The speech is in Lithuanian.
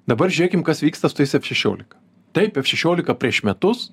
dabar žiūrėkim kas vyksta su tais f šešiolika taip f šešiolika prieš metus